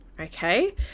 Okay